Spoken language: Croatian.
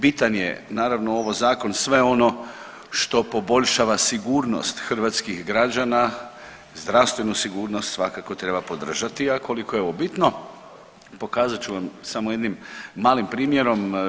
Bitan je naravno ovo zakon sve ono što poboljšava sigurnost hrvatskih građana, zdravstvenu sigurnost svakako treba podržati, a koliko je ovo bitno pokazat ću vam samo jednim malim primjerom.